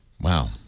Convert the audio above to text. Wow